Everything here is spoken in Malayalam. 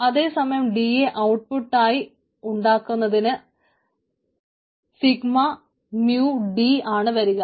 അതേസമയം ഡേറ്റയെ ഔട്ട്പുട്ട് ആയി ഉണ്ടാക്കുന്നതിന് സിഗ്മ മ്യൂ D ആണ് വരിക